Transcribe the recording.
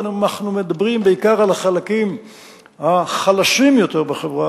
ואנחנו מדברים בעיקר על החלקים החלשים יותר בחברה,